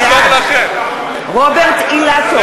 בעד רוברט אילטוב,